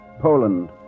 Poland